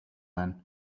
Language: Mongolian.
байна